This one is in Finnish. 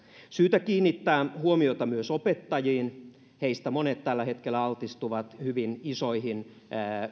syytä kiinnittää huomiota myös opettajiin heistä monet tällä hetkellä altistuvat hyvin isojen